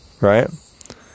right